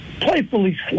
playfully